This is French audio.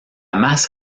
masse